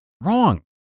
Wrong